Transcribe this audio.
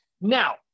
Now